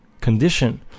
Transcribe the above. condition